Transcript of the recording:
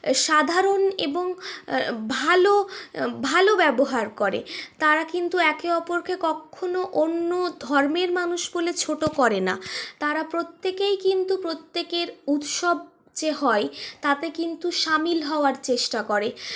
সাধারণ এবং ভালো ভালো ব্যবহার করে তাঁরা কিন্তু একে অপরকে কক্ষনো অন্য ধর্মের মানুষ বলে ছোটো করে না তাঁরা প্রত্যেকেই কিন্তু প্রত্যেকের উৎসব যে হয় তাতে কিন্তু সামিল হওয়ার চেষ্টা করে